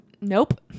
nope